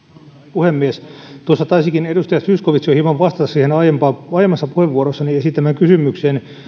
puhemies tuossa taisikin edustaja zyskowicz jo hieman vastata aiemmassa puheenvuorossani esittämääni kysymykseen